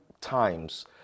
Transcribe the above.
times